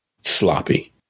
sloppy